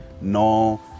no